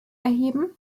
erheben